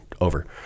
over